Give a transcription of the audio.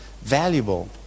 valuable